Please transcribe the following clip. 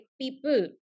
people